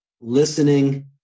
listening